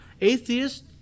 atheist